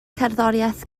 gerddoriaeth